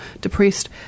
depressed